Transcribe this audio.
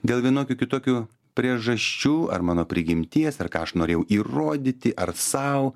dėl vienokių kitokių priežasčių ar mano prigimties ar ką aš norėjau įrodyti ar sau